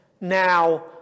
now